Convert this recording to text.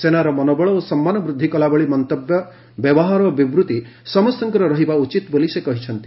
ସେନାର ମନୋବଳ ଓ ସମ୍ମାନ ବୃଦ୍ଧି କଲା ଭଳି ମନ୍ତବ୍ୟ ବ୍ୟବହାର ଓ ବିବୃତ୍ତି ସମସ୍ତଙ୍କର ରହିବା ଉଚିତ ବୋଲି ସେ କହିଛନ୍ତି